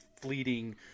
fleeting